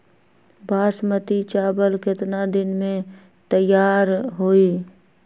बासमती चावल केतना दिन में तयार होई?